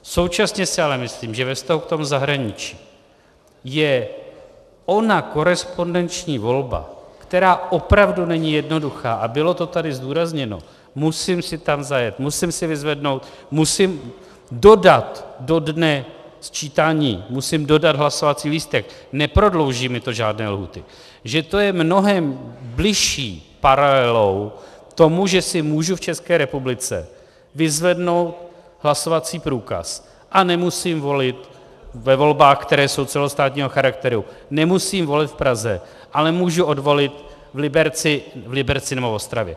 Současně si ale myslím, že ve vztahu k zahraničí je ona korespondenční volba, která opravdu není jednoduchá a bylo to tady zdůrazněno, musím si tam zajet, musím si vyzvednout, musím dodat do dne sčítání hlasovací lístek, neprodlouží mi to žádné lhůty , že to je mnohem bližší paralelou tomu, že si můžu v České republice vyzvednout hlasovací průkaz a nemusím volit ve volbách, které jsou celostátního charakteru, nemusím volit v Praze, ale můžu odvolit v Liberci nebo v Ostravě.